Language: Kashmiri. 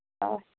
آچھا